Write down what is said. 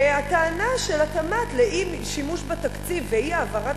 והטענה של התמ"ת לאי-שימוש בתקציב ואי-העברת